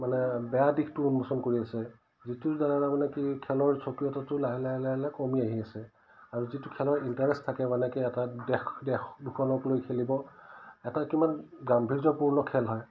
মানে বেয়া দিশটো উন্মোচন কৰি আছে যিটো দ্বাৰা মানে কি খেলৰ স্বকীয়তাটো লাহে লাহে লাহে লাহে কমি আহি আছে আৰু যিটো খেলৰ ইণ্টাৰেষ্ট থাকে মানে কি এটা দেশ দেশ দুখনক লৈ খেলিব এটা কিমান গাম্ভীৰজৰপূৰ্ণ খেল হয়